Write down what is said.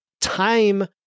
time